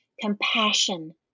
Compassion